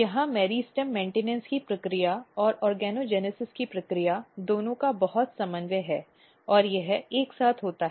यहाँ meristem maintenance की प्रक्रिया और ऑर्गेनोजेनेसिस की प्रक्रिया दोनों का बहुत समन्वय है और यह एक साथ होता है